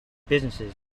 businesses